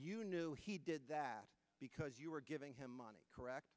you knew he did that because you were giving him money correct